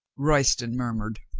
royston murmured.